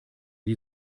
die